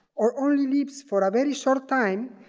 or only lives for a very short time,